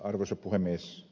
arvoisa puhemies